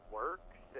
works